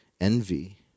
envy